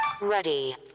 Ready